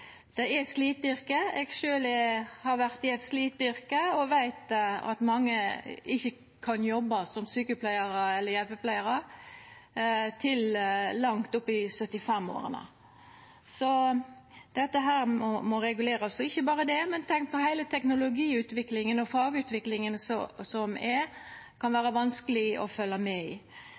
Det er sliteyrke. Eg har sjølv vore i eit sliteyrke og veit at mange ikkje kan jobba som sjukepleiar eller hjelpepleiar til opp mot 75 år, så dette må regulerast. Men ikkje berre det – tenk på heile teknologiutviklinga og fagutviklinga som det kan vera vanskeleg å følgja med